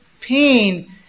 pain